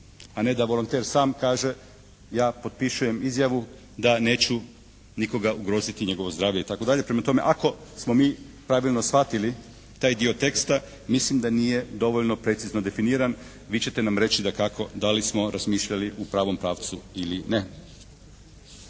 a ne da volonter sam kaže ja potpišem izjavu da neću nikoga ugroziti, njegovo zdravlje itd. Prema tome ako smo mi pravilno shvatili taj dio teksta mislim da nije dovoljno precizno definiran. Vi ćete nam reći dakako da li smo razmišljali u pravom pravcu ili ne.